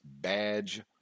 badge